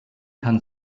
kann